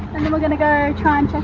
and then we're going to go try and check